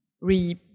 re